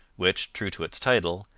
which, true to its title,